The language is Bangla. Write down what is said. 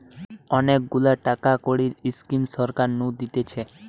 অনেক গুলা টাকা কড়ির স্কিম সরকার নু দিতেছে